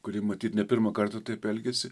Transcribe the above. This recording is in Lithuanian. kuri matyt ne pirmą kartą taip elgiasi